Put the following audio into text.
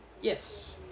Yes